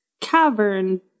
cavern